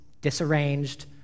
disarranged